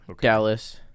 Dallas